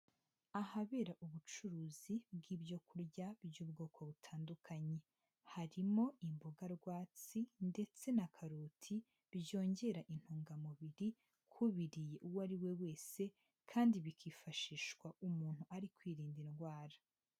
Ahabera ubucuruzi bw'ibyo kurya by'ubwoko butandukanye, harimo imboga rwatsi ndetse na karoti byongera intungamubiri kubiriye uwo ariwe wese kandi bikifashishwa umuntu ari kwirinda indwara.